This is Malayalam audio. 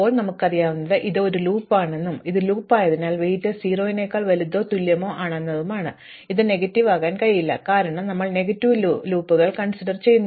ഇപ്പോൾ നമുക്കറിയാവുന്നത് ഇത് ഒരു ലൂപ്പാണെന്നും ഇത് ഒരു ലൂപ്പായതിനാൽ ഭാരം 0 നേക്കാൾ വലുതോ തുല്യമോ ആണെന്നതിനാൽ ഇത് നെഗറ്റീവ് ആകാൻ കഴിയില്ല കാരണം ഞങ്ങൾ നെഗറ്റീവ് ലൂപ്പുകൾ നിരസിച്ചു